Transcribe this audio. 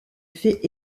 fait